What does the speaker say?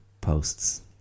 posts